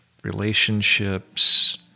Relationships